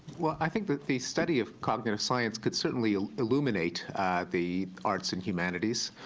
well, i think that the study of cognitive science could certainly illuminate the arts and humanities.